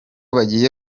bagiye